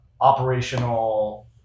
operational